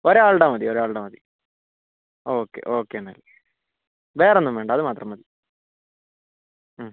ഒരാളുടെ മതി ഒരാളുടെ മതി ഓക്കെ ഓക്കെ എന്നാൽ വേറെ ഒന്നും വേണ്ട അതു മാത്രം മതി